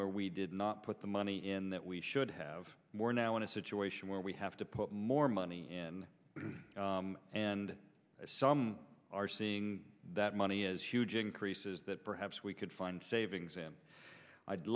where we did not put the money in that we should have more now in a situation where we have to put more money in and some are seeing that money is huge increases that perhaps we could find savings and i'd